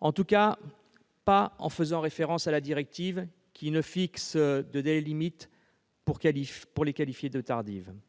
En tout cas pas en faisant référence à la directive, qui ne fixe pas de délai limite pour qualifier les demandes